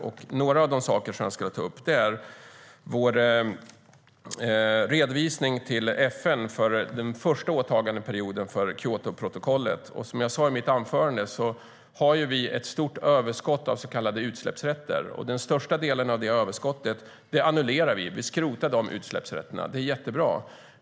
En av de saker som jag skulle vilja ta upp är vår redovisning till FN av den första åtagandeperioden för Kyotoprotokollet. Som jag sa i mitt anförande har vi ett stort överskott av så kallade utsläppsrätter. Den största delen av det överskottet annullerar vi. Vi skrotar de utsläppsrätterna, vilket är jättebra.